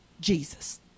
Jesus